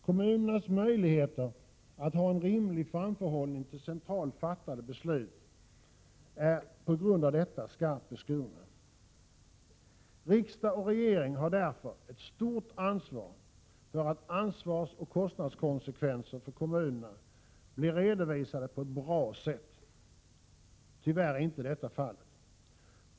Kommunernas möjligheter att ha en rimlig framförhållning till centralt fattade beslut är på grund av detta skarpt beskurna. Riksdag och regering har därför ett stort ansvar för att ansvarsoch kostnadskonsekvenser för kommunerna blir redovisade på ett bra sätt. Tyvärr är inte detta fallet.